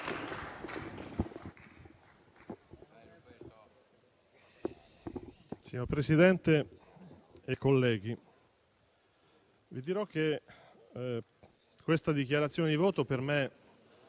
Signor Presidente, colleghi, vi dirò che questa dichiarazione di voto per me non